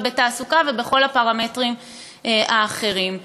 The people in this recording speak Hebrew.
בתעסוקה ובכל הפרמטרים האחרים.